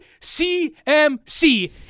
CMC